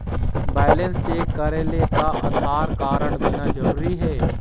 Balance check करेले का Aadhaar card देना जरूरी हे?